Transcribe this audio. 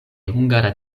hungara